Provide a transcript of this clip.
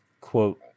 quote